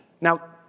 Now